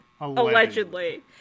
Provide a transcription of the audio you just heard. Allegedly